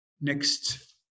Next